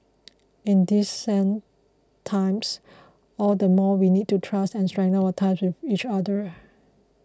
in these sad times all the more we need to trust and strengthen our ties with each other